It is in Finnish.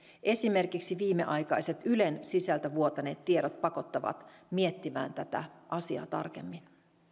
esimerkiksi viimeaikaiset ylen sisältä vuotaneet tiedot pakottavat miettimään tätä asiaa tarkemmin